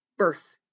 birth